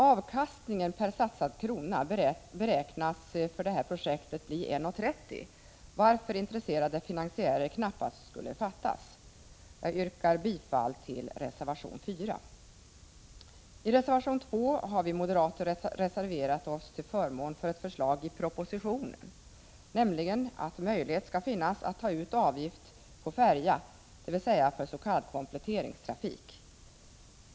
Avkastningen per satsad krona beräknas för detta projekt bli 1:30, varför intresserade finansiärer knappast skulle fattas. Jag yrkar bifall till reservation 4. I reservation 2 har vi moderater reserverat oss till förmån för ett förslag i propositionen, nämligen att möjlighet skall finnas att ta ut avgift på färja, dvs. för s.k. kompletteringstrafik.